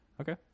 Okay